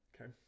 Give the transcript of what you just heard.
Okay